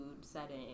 setting